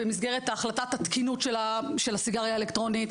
במסדרת החלטת התקינות של הסיגריה האלקטורנית.